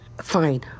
Fine